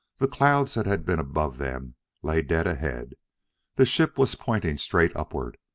the clouds that had been above them lay dead ahead the ship was pointing straight upward.